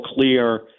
clear